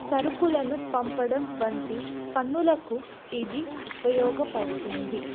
సరుకులను పంపడం వంటి పన్నులకు ఇది ఉపయోగపడుతుంది